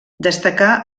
destacà